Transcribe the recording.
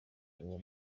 uwo